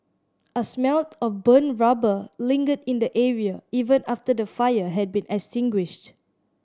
a smelled of burnt rubber lingered in the area even after the fire had been extinguished